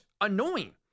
annoying